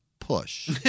push